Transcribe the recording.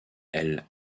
elle